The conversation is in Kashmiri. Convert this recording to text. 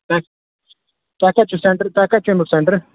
تۄہہِ کتہِ چھُ سینٹر تۄہہِ کتہِ چھُ امیک سینٹر